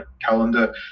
calendar